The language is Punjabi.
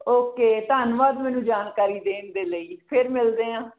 ਓਕੇ ਧੰਨਵਾਦ ਮੈਨੂੰ ਜਾਣਕਾਰੀ ਦੇਣ ਦੇ ਲਈ ਫਿਰ ਮਿਲਦੇ ਹਾਂ